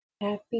Happy